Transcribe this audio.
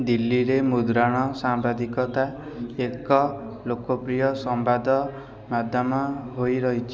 ଦିଲ୍ଲୀରେ ମୁଦ୍ରଣ ସାମ୍ବାଦିକତା ଏକ ଲୋକପ୍ରିୟ ସମ୍ବାଦ ମାଧ୍ୟମ ହୋଇ ରହିଛି